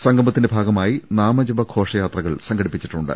സംഗമ ത്തിന്റെ ഭാഗമായി നാമജപ ഘോഷ യാത്രകൾ സംഘടിപ്പിച്ചിട്ടു ണ്ട്